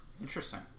Interesting